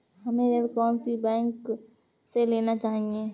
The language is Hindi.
हमें ऋण कौन सी बैंक से लेना चाहिए?